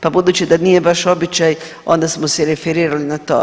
Pa budući da nije baš običaj onda smo se referirali na to.